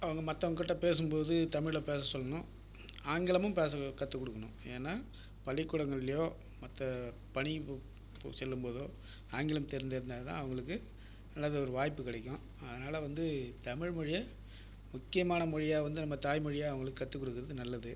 அவங்க மற்றவங் கிட்ட பேசும் போது தமிழில் பேச சொல்லணும் ஆங்கிலம் பேச கற்றுக் கொடுக்ணும் ஏன்னால் பள்ளிக்கூடங்கள்லயோ மற்ற பணி ப செல்லும் போதோ ஆங்கிலம் தெரிஞ்சுருந்தாதா அவங்களுக்கு அல்லது ஒரு வாய்ப்பு கிடைக்கும் அதனால் வந்து தமிழ் மொழிய முக்கியமான மொழியாக வந்து நம்ம தாய் மொழியை அவங்களுக்கு கற்றுக்கொடுக்கறது நல்லது